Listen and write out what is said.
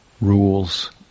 rules